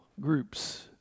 groups